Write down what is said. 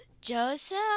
Joseph